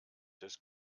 des